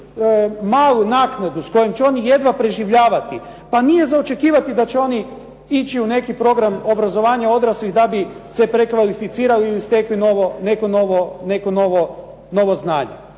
malu naknadu s kojom će oni jedva preživljavati, pa nije za očekivati da će oni ići u neki program za obrazovanje odraslih da bi se prekvalificirali ili stekli neko novo znanje.